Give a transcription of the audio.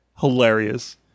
hilarious